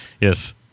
Yes